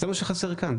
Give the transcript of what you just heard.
זה מה שחסר כאן.